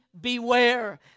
beware